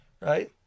Right